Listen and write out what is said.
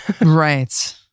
Right